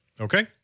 Okay